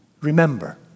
Remember